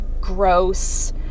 gross